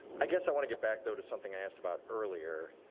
i guess i want to get back, though, to something i asked about earlier.